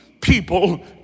people